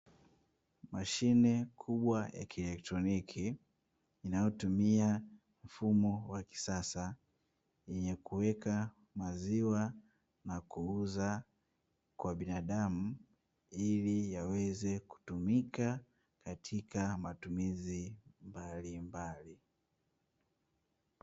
Mashine kubwa ya kielektroniki inayotumia mfumo wa kisasa, yenye kuweka maziwa na kuuza kwa binadamu ili yaweze kutumika katika matumizi mbalimbali.